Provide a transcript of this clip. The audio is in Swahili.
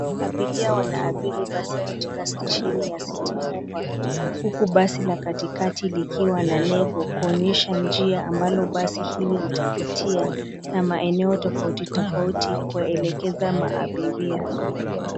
Abiria wanaabiri basi katika stesheni ya City Hoppa huku basi la katikati likiwa na lebo kuonyesha njia ambalo basi hili litapitia na maeneo tofauti tofauti kuwaelekeza maabiria.